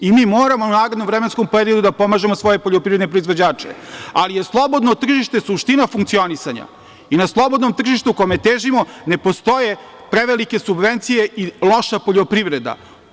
Mi moramo u narednom vremenskom periodu da pomažemo svoje poljoprivrede proizvođače, ali je slobodno tržište suština funkcionisanja i na slobodnom tržištu kome težimo ne postoje prevelike subvencije i loša poljoprivreda.